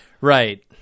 Right